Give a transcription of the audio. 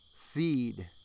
feed